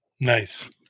Nice